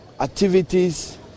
activities